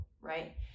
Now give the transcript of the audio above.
right